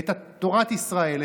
את תורת ישראל,